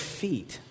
feet